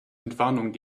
entwarnung